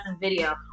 video